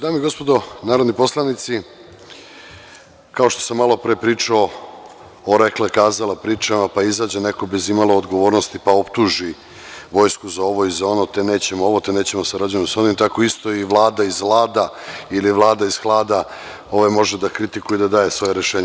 Dame i gospodo narodni poslanici, kao što sam malo pre pričao o pričama rekla-kazala, pa izađe neko bez i malo odgovornosti i optuži vojsku za ovo i za ono, te nećemo ovo, te nećemo da sarađujemo sa onima, tako isto i vlada iz lada ili vlada iz hlada može da kritikuje i da daje neka svoja rešenja.